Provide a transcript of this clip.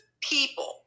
people